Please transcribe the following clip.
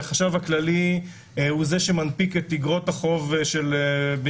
שהחשב הכללי הוא זה שמנפיק את אגרות החוב במדינת